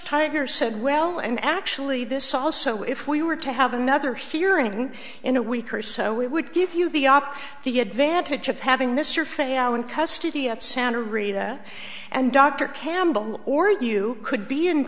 tiger said well and actually this also if we were to have another hearing in a week or so we would give you the op the advantage of having mr fay i won custody at santa rita and dr campbell or you could be in